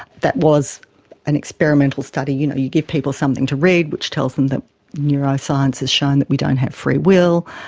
that was an experimental study. you know, you give people something to read which tells them that neuroscience has shown that we don't have free will,